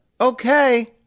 Okay